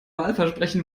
wahlversprechen